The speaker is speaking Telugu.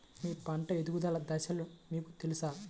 మీ పంట ఎదుగుదల దశలు మీకు తెలుసా?